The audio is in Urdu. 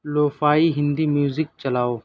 لوفائی ہِندی میوزک چلاؤ